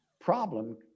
problem